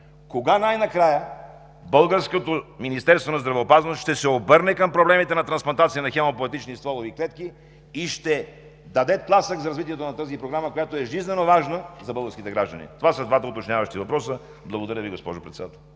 Кога най-накрая българското Министерство на здравеопазването ще се обърне към проблемите на трансплантация на хемопоетични стволови клетки и ще даде тласък за развитието на тази програма, която е жизнено важна за българските граждани? Това са двата уточняващи въпроса. Благодаря Ви, госпожо Председател.